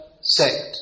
sect